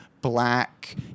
black